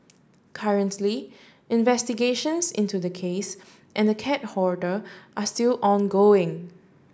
currently investigations into the case and cat hoarder are still ongoing